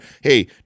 Hey